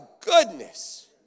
goodness